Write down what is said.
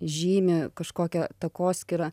žymi kažkokią takoskyrą